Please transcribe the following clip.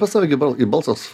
pas tave gi bal kaip balsas